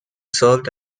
served